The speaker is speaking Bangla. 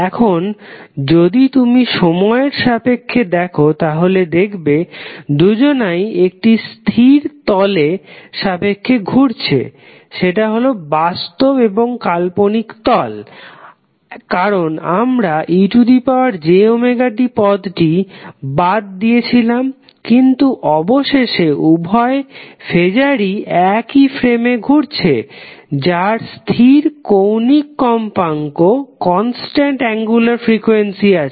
এখন যদি তুমি সময়ের সাপেক্ষে দেখো তাহলে দেখবে দুজনাই একটি স্থির তলের সাপেক্ষে ঘুরছে সেটা হলো বাস্তব এবং কাল্পনিক তল কারণ আমরা ejωt পদটি বাদ দিয়েছেলাম কিন্তু অবশেষে উভয় ফেজারই একই ফ্রেমে ঘুরছে যার স্থির কৌণিক কম্পাঙ্ক আছে